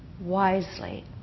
wisely